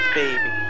baby